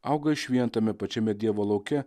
auga iš vien tame pačiame dievo lauke